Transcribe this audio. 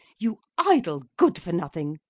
you idle good-for-nothing!